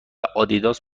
آدیداس